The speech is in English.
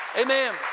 Amen